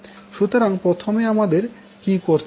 সুতরাং প্রথমে আমাদের কি করতে হবে